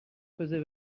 faisais